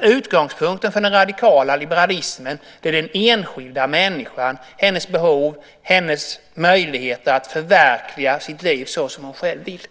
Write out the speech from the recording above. Utgångspunkten för den radikala liberalismen är den enskilda människan, hennes behov och hennes möjligheter att förverkliga sitt liv såsom hon själv vill.